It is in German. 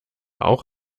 auch